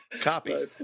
Copy